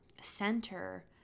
center